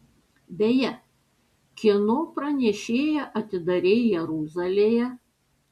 beje kieno pranešėją atidarei jeruzalėje